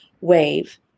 wave